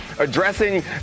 addressing